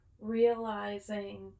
realizing